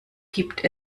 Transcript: gibt